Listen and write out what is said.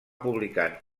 publicant